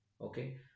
okay